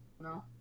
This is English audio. No